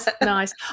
Nice